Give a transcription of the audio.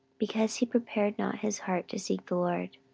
because he prepared not his heart to seek the lord.